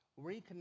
reconnect